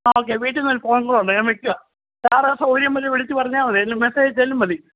okay വീട്ടില് നിന്നൊരു phone കോളുണ്ട് ഞാന് വെയ്ക്കുകയാണ് സാര് സൗകര്യം പോലെ വിളിച്ചു പറഞ്ഞാല് മതി അല്ലെങ്കില് മെസ്സേജ് അയച്ചാലും മതി